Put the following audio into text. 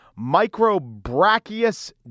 Microbrachius